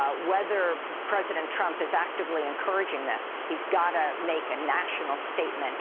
ah whether president trump is actively encouraging this, he's got to make a national statement